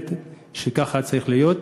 ובאמת שכך צריך להיות.